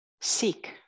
seek